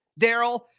Daryl